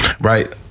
right